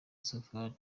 safari